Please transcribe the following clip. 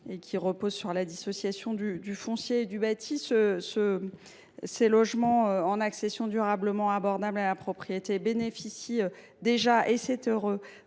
et qui repose sur la dissociation du foncier et du bâti. Ces logements en accession durablement abordable à la propriété bénéficient déjà – et c’est heureux